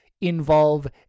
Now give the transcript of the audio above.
involve